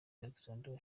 oxlade